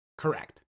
Correct